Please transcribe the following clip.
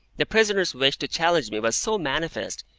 the prisoner's wish to challenge me was so manifest,